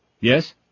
Yes